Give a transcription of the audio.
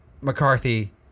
McCarthy